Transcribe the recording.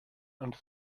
and